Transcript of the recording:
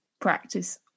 practice